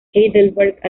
heidelberg